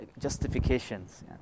justifications